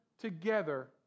together